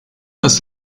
dass